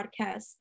podcast